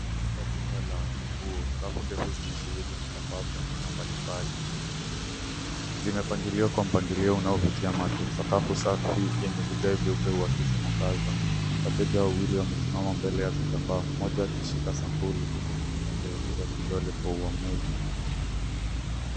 Katika duka la nguo, rafu ndefu zimesheheni vitambaa vya aina mbalimbali. Zimepangiliwa kwa mpangilio unaovutia macho. Sakafu safi yenye vigae vyeupe huakisi mwangaza. Wateja wawili wamesimama mbele ya vitambaa, moja akishika sampuli huku mwingine akielekeza kidole kwa uamuzi.